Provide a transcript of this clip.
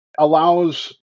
allows